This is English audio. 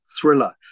thriller